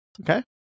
Okay